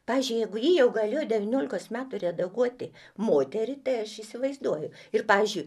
pavyzdžiui jeigu ji jau galėjo devyniolikos metų redaguoti moterį tai aš įsivaizduoju ir pavyzdžiui